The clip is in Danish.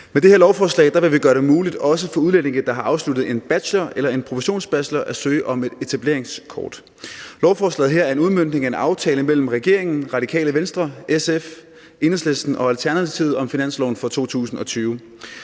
Med det her lovforslag vil vi gøre det muligt også for udlændinge, der har afsluttet en bachelor eller en professionsbachelor at søge om et etableringskort. Lovforslaget her er en udmøntning af en aftale mellem regeringen, Radikale Venstre, SF, Enhedslisten og Alternativet om finansloven for 2020.